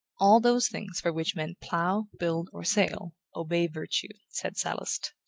all those things for which men plough, build, or sail, obey virtue said sallust.